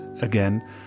again